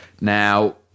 now